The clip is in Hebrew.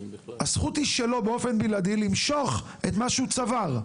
הזכות היא שלו באופן בלעדי למשוך את מה שהוא צבר.